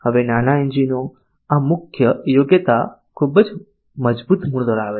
હવે આ નાના એન્જિનો આ મુખ્ય યોગ્યતા ખૂબ જ મજબૂત મૂળ ધરાવે છે